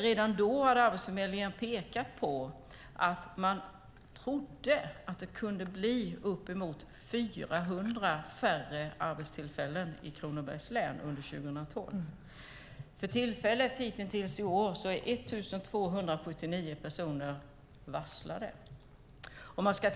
Redan då hade Arbetsförmedlingen pekat på att man trodde att det kunde bli uppemot 400 färre arbetstillfällen i Kronobergs län under 2012. Hittills i år har 1 279 personer blivit varslade.